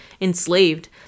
enslaved